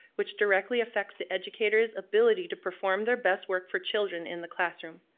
which directly affects the educators' ability to perform their best work for children in the classroom.